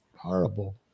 horrible